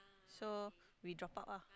so we drop out ah